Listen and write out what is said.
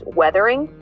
weathering